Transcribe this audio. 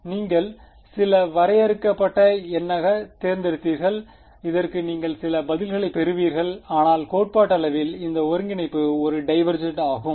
நீங்கள் இதை சில வரையறுக்கப்பட்ட எண்ணாகத் தேர்ந்தெடுத்தீர்கள் இதற்கு நீங்கள் சில பதில்களைப் பெறுவீர்கள் ஆனால் கோட்பாட்டளவில் இந்த ஒருங்கிணைப்பு ஒரு டைவேர்ஜெண்ட் ஆகும்